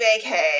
vacay